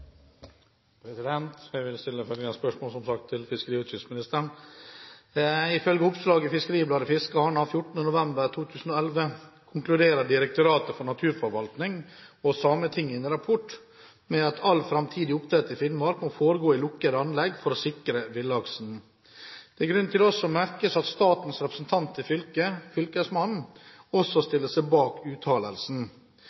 med. Jeg vil stille følgende spørsmål til fiskeri- og kystministeren: «Ifølge oppslag i FiskeribladetFiskaren av 14. november 2011 konkluderer Direktoratet for naturforvaltning og Sametinget i en rapport med at all framtidig oppdrett i Finnmark må foregå i lukkede anlegg for å sikre villaksen. Det er grunn til også å merke seg at statens representant i fylket, fylkesmannen, også